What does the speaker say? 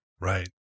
Right